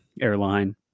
airline